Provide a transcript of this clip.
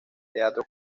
teatro